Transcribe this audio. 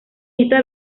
esta